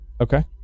Okay